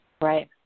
Right